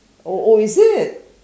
oh oh is it